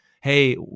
Hey